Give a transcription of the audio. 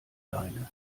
leine